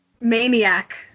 Maniac